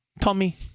Tommy